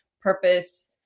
purpose